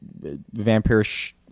vampirish